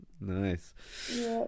Nice